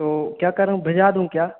तो क्या करूँ भेजा दूँ क्या